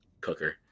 cooker